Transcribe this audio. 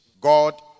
God